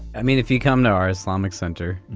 i mean, if you come to our islamic center,